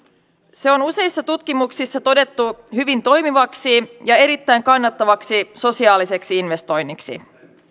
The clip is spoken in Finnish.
se on useissa tutkimuksissa todettu hyvin toimivaksi ja erittäin kannattavaksi sosiaaliseksi investoinniksi